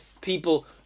people